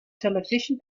television